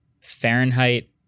Fahrenheit